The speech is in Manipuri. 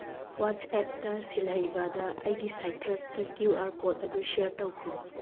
ꯋꯥꯠꯁꯑꯦꯞꯇ ꯁꯤꯜꯍꯩꯕꯗ ꯑꯩꯒꯤ ꯁꯥꯏꯇ꯭ꯔꯁꯀꯤ ꯀ꯭ꯌꯨ ꯑꯥꯔ ꯀꯣꯠ ꯑꯗꯨ ꯁꯤꯌꯔ ꯇꯧꯈꯣ